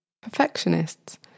Perfectionists